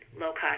low-cost